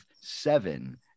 seven